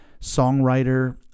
songwriter